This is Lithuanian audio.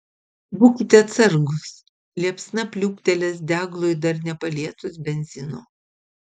būkite atsargūs liepsna pliūptelės deglui dar nepalietus benzino